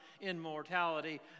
immortality